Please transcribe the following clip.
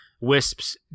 Wisps